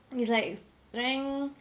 it's like strength